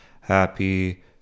Happy